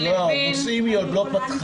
לא, את הנושאים היא עוד לא פתחה.